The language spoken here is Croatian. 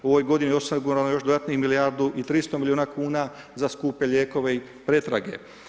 U ovoj godini osigurano je još bar milijardu i 300 milijuna kuna za skupe lijekove i pretrage.